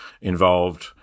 involved